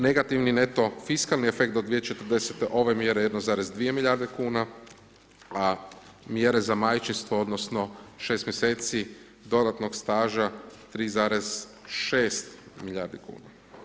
Negativni neto fiskalni efekt do 2040. ove mjere 1,2 milijarde kuna, a mjere za majčinstvo odnosno 6 mjeseci dodatnog staža, 3,6 milijardi kuna.